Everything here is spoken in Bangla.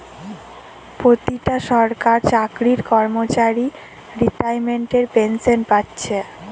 পোতিটা সরকারি চাকরির কর্মচারী রিতাইমেন্টের পেনশেন পাচ্ছে